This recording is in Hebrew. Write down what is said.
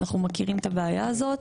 אנחנו מכירים את הבעיה הזאת,